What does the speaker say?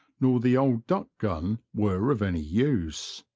nor the old duck-gun were of any use.